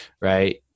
right